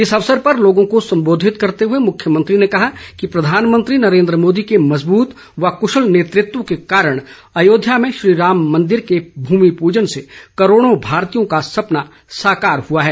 इस अवसर पर लोगों को संबोधित करते हुए मुख्यमंत्री ने कहा कि प्रधानमंत्री नरेन्द्र मोदी के मजबूत व कृशल नेतृत्व के कारण अयोध्या में श्रीराम मंदिर के भूमिपूजन से करोड़ों भारतीयों का सपना साकार हुआ है